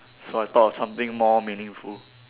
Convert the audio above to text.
so I thought of something more meaningful